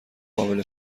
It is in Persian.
قابل